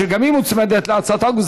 שגם היא מוצמדת להצעת החוק.